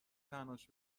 تنهاش